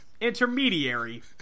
Intermediary